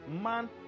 man